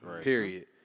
Period